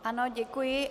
Ano, děkuji.